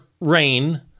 rain